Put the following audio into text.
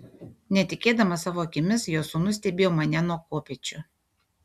netikėdamas savo akimis jo sūnus stebėjo mane nuo kopėčių